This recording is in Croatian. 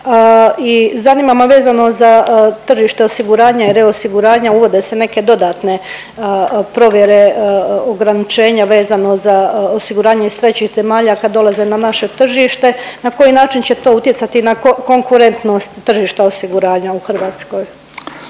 I zanima me vezano za tržište osiguranja i reosiguranja uvode se neke dodatne provjere ograničenja vezano za osiguranje iz trećih zemalja kad dolaze na naše tržište na koji način će to utjecati na konkurentnost tržišta osiguranja u Hrvatskoj.